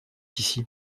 ici